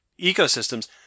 ecosystems